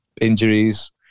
injuries